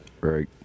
Right